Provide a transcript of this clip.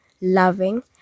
loving